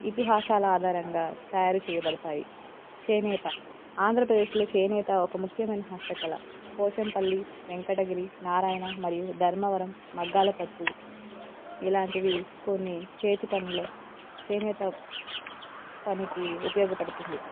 ఇతిహాసాల ఆధారంగా తయారు చేయబడతాయి చేనేత ఆంధ్రప్రదేశ్లో చేనేత ఒక ముఖ్యమైన హస్తకళ పోచంపల్లి వెంకటగిరి నారాయణ మరియు ధర్మవరం మగ్గాల పట్టు ఇలాంటివి కొన్ని చేతి పనులు చేనేత పనికి ఉపయోగపడుతుంది